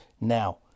Now